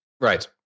Right